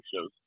shows